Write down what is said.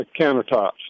countertops